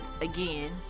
again